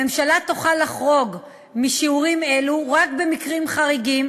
הממשלה תוכל לחרוג משיעורים אלו רק במקרים חריגים